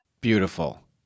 Beautiful